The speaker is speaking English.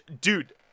Dude